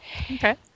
Okay